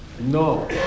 No